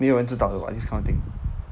没有人知道的 [what] this kind of thing